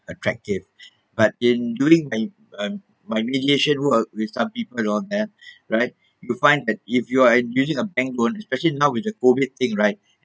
attractive but in building my um my mitigation work with some people along there right to find that if you are using a bank loan especially now with the COVID thing right